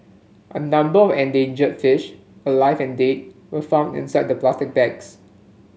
a number of endangered fish alive and dead were found inside the plastic bags